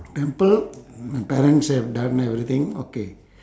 temple parents have done everything okay